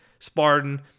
spartan